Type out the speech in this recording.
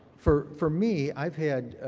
for for me, i've had,